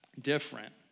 different